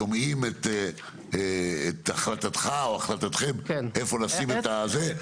שומעים להחלטתך, או להחלטתכם, איפה לשים את זה?